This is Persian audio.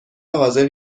حاضر